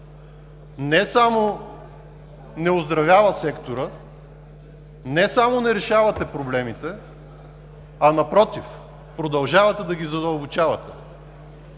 не само не оздравява сектора, не само не решавате проблемите, а напротив, продължавате да ги задълбочавате.